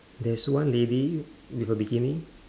there's one lady with a bikini